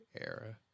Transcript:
era